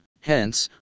hence